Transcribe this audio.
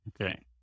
Okay